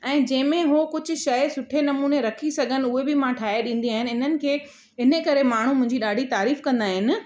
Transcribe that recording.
ऐं जंहिंमें उहो कुझु शइ सुठे नमूने रखी सघनि उहे बि मां ठाहे ॾींदी आहियानि इन्हनि खे इन करे माण्हू मुंहिंजी ॾाढी तारीफ़ कंदा आहिनि